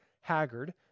haggard